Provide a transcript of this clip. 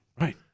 Right